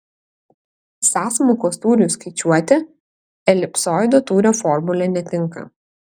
sąsmaukos tūriui skaičiuoti elipsoido tūrio formulė netinka